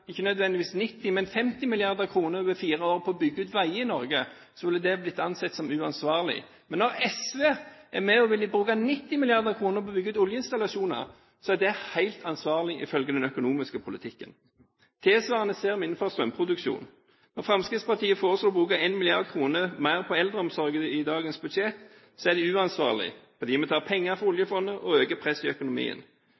ikke nødvendigvis 90, men 50 mrd. kr over fire år på å bygge ut veier i Norge, ville det bli ansett som uansvarlig, men når SV er med på å ville bruke 90 mrd. kr på å bygge ut oljeinstallasjoner, er det helt ansvarlig, ifølge den økonomiske politikken? Det tilsvarende ser vi i forbindelse med strømproduksjonen. Når Fremskrittspartiet foreslo å bruke 1 mrd. kr mer på eldreomsorgen i dagens budsjett, er det uansvarlig, fordi vi tar penger